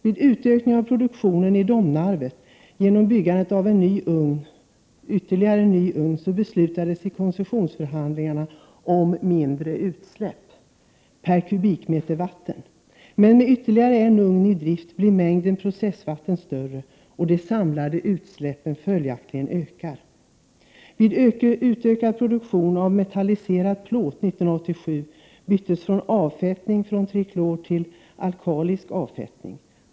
Vid koncessionsförhandlingarna i samband med utökning av produktionen i Domnarvet genom byggande av ytterligare en ugn att utsläppen per kubikmeter skulle minskas. Men när ytterligare en ugn tas i drift blir ju mängden processvatten större. De samlade utsläppen ökar följaktligen. Vid utökning av produktionen av metallplåt 1987 övergick man från avfettning med triklor till alkalisk avfettning.